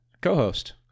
co-host